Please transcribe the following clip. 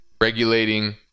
Regulating